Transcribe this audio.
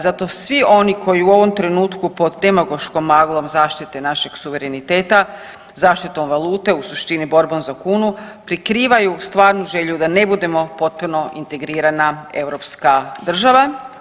Zato svi oni koji u ovom trenutku pod demagoškom maglom zaštite našeg suvereniteta, zaštitom valute u suštini borba za kunu prikrivaju stvarnu želju da ne budemo potpuno integrirana europska država.